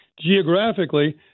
geographically